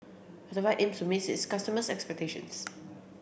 Ocuvite aims to meet its customers' expectations